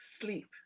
sleep